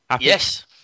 Yes